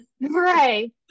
Right